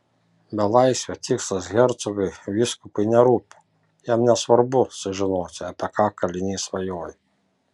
belaisvio tikslas hercogui vyskupui nerūpi jam nesvarbu sužinoti apie ką kalinys svajoja